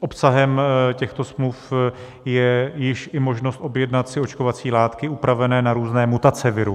Obsahem těchto smluv je již i možnost objednat si očkovací látky upravené na různé mutace viru.